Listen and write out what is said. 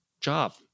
job